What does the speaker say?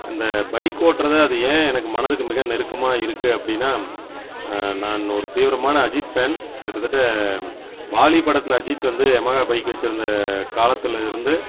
அந்த பைக் ஓட்டுறத அது ஏன் எனக்கு மனதுக்கு மிக நெருக்கமாக இருக்குது அப்படின்னா நான் ஒரு தீவிரமான அஜித் ஃபேன் கிட்டத்தட்ட வாலி படத்தில் அஜித் வந்து எமஹா பைக் வெச்சுருந்த காலத்தில் இருந்து